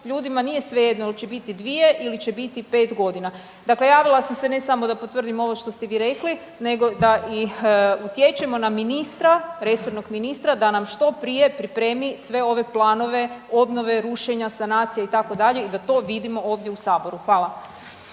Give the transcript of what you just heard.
ljudima nije svejedno jel će biti 2 ili će biti 5 godina. Dakle javila sam se, ne samo da potvrdim ovo što ste vi rekli, nego da i utječemo na ministra, resornog ministra da nam što prije pripremi sve ove planove obnove, rušenja, sanacije itd., i da to vidimo ovdje u Saboru. Hvala.